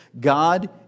God